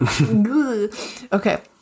Okay